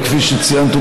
וכפי שציינת,